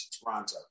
Toronto